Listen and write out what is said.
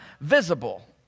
visible